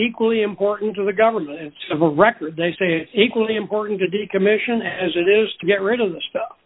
equally important to the government of a record they say it's equally important to decommission as it is to get rid of the stuff